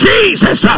Jesus